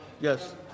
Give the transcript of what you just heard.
yes